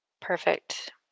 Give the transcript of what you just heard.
Perfect